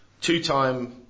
Two-time